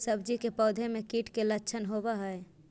सब्जी के पौधो मे कीट के लच्छन होबहय?